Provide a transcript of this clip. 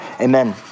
amen